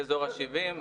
לגבי בתים משותפים,